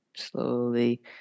slowly